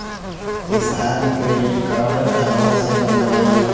किसान credit card कहवा से बनवाई?